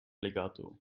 legato